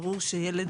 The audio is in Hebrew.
ברור שילד